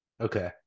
Okay